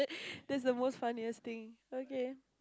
that's the most funniest thing okay